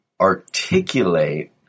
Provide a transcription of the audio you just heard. articulate